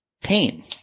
pain